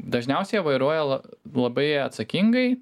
dažniausiai jie vairuoja labai atsakingai